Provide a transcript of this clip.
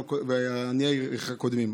והאם לא עניי עירך קודמים?